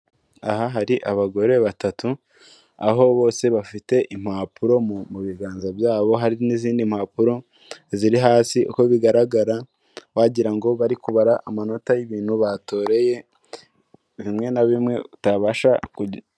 Aha hari abagore batatu aho bose bafite impapuro mu biganza byabo hari n'izindi mpapuro ziri hasi uko bigaragara wagirango bari kubara amanota y'ibintu batoreye bimwe na bimwe utabasha